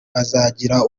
bazagira